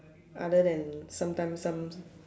other than sometimes some